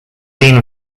been